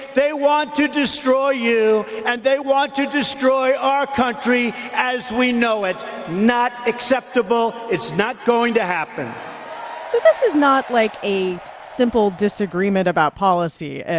they want to destroy you, and they want to destroy our country as we know it not acceptable. it's not going to happen so this is not like a simple disagreement about policy.